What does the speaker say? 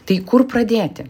tai kur pradėti